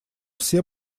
все